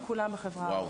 הם כולם בחברה הערבית?